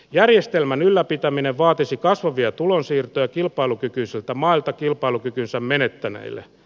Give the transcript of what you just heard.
järjestelmän ylläpitäminen vaatisi kasvavia tulonsiirtoja kilpalukykyisiltä mailta kilpailukykynsä menettäneille